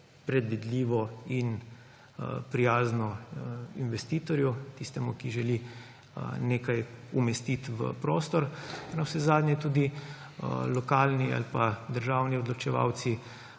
predvidljivo in prijazno investitorju, tistemu, ki se želi nekaj umestiti v prostor. Navsezadnje je tudi lokalni ali pa državni odločevalci